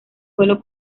pueblo